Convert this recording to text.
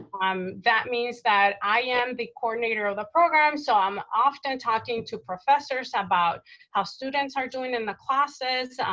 um that means that i am the coordinator of the program, so i'm often talking to professors about how students are doing in the classes.